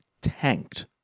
tanked